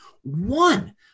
one